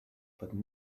but